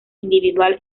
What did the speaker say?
individual